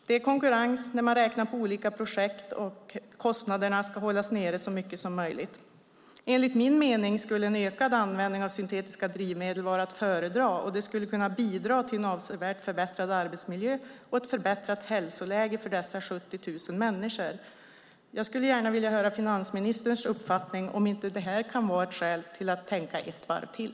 Det är konkurrens när man räknar på olika projekt, och kostnaderna måste hållas nere så mycket som möjligt. Enligt min mening skulle en ökad användning av syntetiska drivmedel vara att föredra. Det skulle kunna bidra till en avsevärt förbättrad arbetsmiljö och ett förbättrat hälsoläge för dessa 70 000 människor. Jag skulle gärna vilja höra finansministerns uppfattning. Kan inte detta vara ett skäl till att tänka ett varv till.